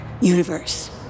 Universe